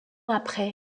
après